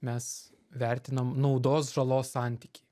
mes vertinam naudos žalos santykį